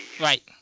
Right